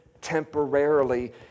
temporarily